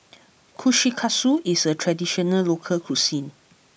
Kushikatsu is a traditional local cuisine